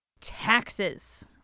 taxes